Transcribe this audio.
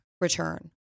return